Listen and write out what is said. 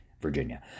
Virginia